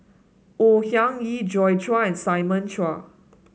Au Hing Yee Joi Chua and Simon Chua